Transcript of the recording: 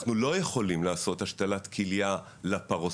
אנחנו לא יכולים לעשות השתלת כליה לפרוסקופית.